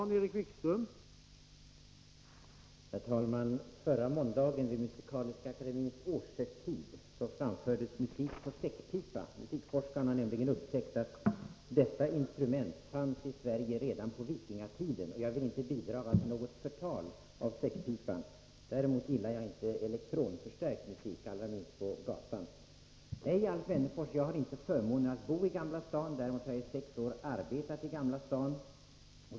Herr talman! Vid Musikaliska akademiens årshögtid förra måndagen framfördes musik på säckpipa. Musikforskarna har nämligen upptäckt att detta instrument fanns i Sverige redan på vikingatiden. Jag vill inte bidra till något förtal av säckpipan. Däremot gillar jag inte elektronförstärkt musik, allra minst på gatan. Nej, Alf Wennerfors, jag har inte förmånen att bo i Gamla stan. Däremot har jag i sex år arbetat i Gamla stan.